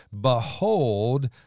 behold